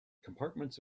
compartments